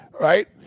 Right